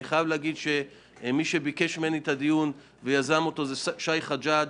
אני חייב להגיד שמי שביקש ממני את הדיון ויזם אותו הוא שי חג'ג'.